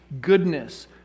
goodness